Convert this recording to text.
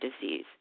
disease